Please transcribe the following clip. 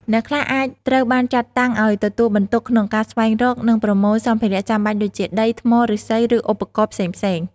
អ្នកខ្លះអាចត្រូវបានចាត់តាំងឲ្យទទួលបន្ទុកក្នុងការស្វែងរក និងប្រមូលសម្ភារៈចាំបាច់ដូចជា ដី ថ្ម ឫស្សី ឬឧបករណ៍ផ្សេងៗ។